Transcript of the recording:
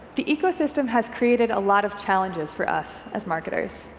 the ecosystem has created a lot of challenges for us as marketers,